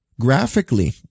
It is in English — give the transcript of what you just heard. graphically